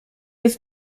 jest